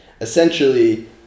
essentially